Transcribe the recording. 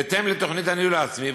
בהתאם לתוכנית הניהול העצמי,